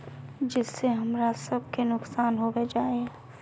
जिस से हमरा सब के नुकसान होबे जाय है?